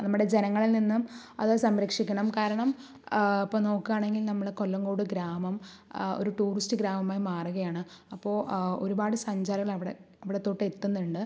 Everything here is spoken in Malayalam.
നമ്മുടെ ജനങ്ങളിൽ നിന്നും അത് സംരക്ഷിക്കണം കാരണം ഇപ്പോൾ നോക്കുകയാണെങ്കിൽ നമ്മൾ കൊല്ലംകോട് ഗ്രാമം ഒരു ടൂറിസ്റ്റ് ഗ്രാമമായി മാറുകയാണ് അപ്പോൾ ഒരുപാട് സഞ്ചാരികളവിടെ അവിടത്തോട്ട് എത്തുന്നുണ്ട്